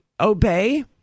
obey